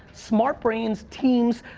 smart brains, teams,